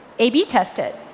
a b test it.